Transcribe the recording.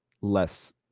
less